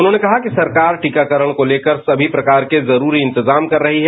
उन्होंने कहा कि सरकार टीकाकरण को लेकर सभी प्रकार के जरूरी इंतजाम कर रही है